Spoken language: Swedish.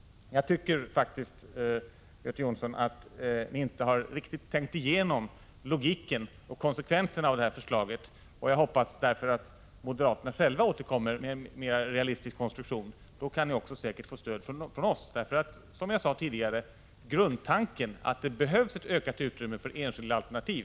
Jag tycker faktiskt, Göte Jonsson, att ni inte riktigt har tänkt igenom logiken och konsekvenserna av förslaget. Jag hoppas därför att moderaterna själva återkommer med en mera realistisk konstruktion. Då kan ni säkert också få stöd från oss. Som jag sade tidigare är vi helt överens om grundtanken, att det behövs ett ökat utrymme för enskilda alternativ.